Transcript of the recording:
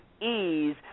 ease